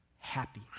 Happy